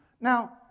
Now